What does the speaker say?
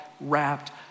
wrapped